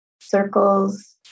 circles